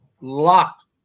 locked